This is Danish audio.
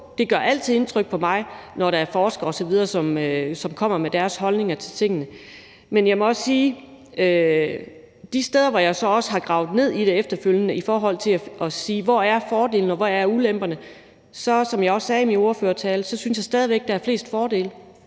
det gør altid indtryk på mig, når der er forskere osv., som kommer med deres holdninger til tingene. Men jeg må også sige, at jeg har gravet ned i det efterfølgende i forhold til at sige, hvor fordelene er, og hvor ulemperne er, og som jeg også sagde i min ordførertale,